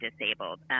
disabled